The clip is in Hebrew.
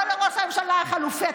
לא לראש הממשלה החלופי,